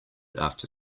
after